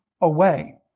away